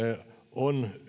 on